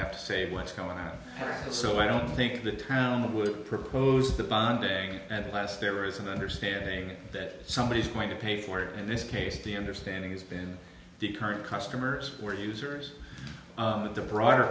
have to say what's going on so i don't think the town would propose the bonding at last there is an understanding that somebody is going to pay for it in this case the understanding is beyond the current customers or users the broader